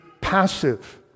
passive